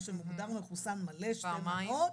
מה שמוגדר מחוסן מלא שתי מנות,